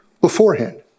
beforehand